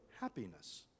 happiness